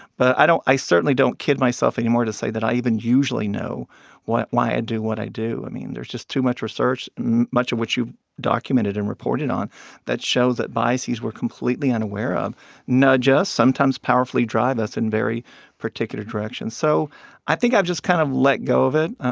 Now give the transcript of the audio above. but i don't i certainly don't kid myself anymore to say that i even usually know why why i do what i do. i mean, there's just too much research and much of which you've documented and reported on that show that biases we're completely unaware, um nudge us, sometimes powerfully drive us, in very particular directions. so i think i've just kind of let go of it.